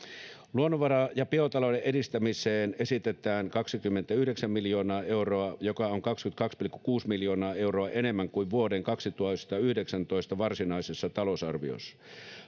luonnonvara ja biotalouden edistämiseen esitetään kaksikymmentäyhdeksän miljoonaa euroa joka on kaksikymmentäkaksi pilkku kuusi miljoonaa euroa enemmän kuin vuoden kaksituhattayhdeksäntoista varsinaisessa talousarviossa